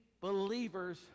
believers